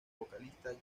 vocalista